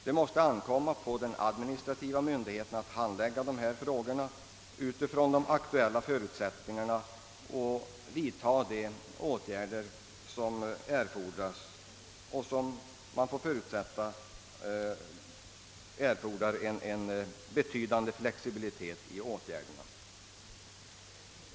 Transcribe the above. Det måste ankomma på den administrativa myndigheten att handlägga dessa frågor utifrån de aktuella förutsättningarna och vidta de erforderliga åtgärderna som kan föutsättas kräva betydande flexibilitet.